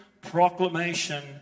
proclamation